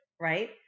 right